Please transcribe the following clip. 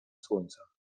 słońca